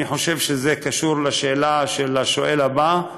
אני חושב שזה קשור לשאלה של השואל הבא,